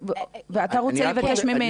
ואתה רוצה לבקש ממנה?